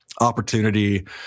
opportunity